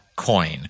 coin